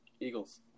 Eagles